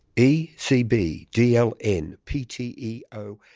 e c b d o n p t e o,